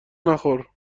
نخور